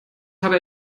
habe